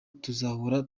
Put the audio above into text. tuzahora